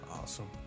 Awesome